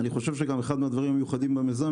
אני חושב שגם אחד הדברים המיוחדים במיזם,